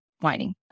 whining